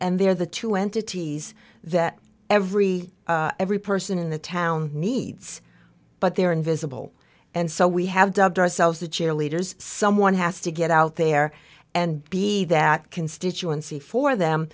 and they're the two entities that every every person in the town needs but they're invisible and so we have dubbed ourselves the cheerleaders someone has to get out there and be that constituency for them